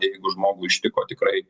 jeigu žmogų ištiko tikrai